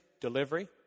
delivery